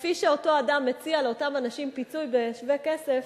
שכפי שאותו אדם מציע לאותם אנשים פיצוי בשווה כסף,